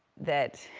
that,